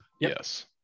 Yes